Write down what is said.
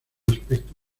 aspecto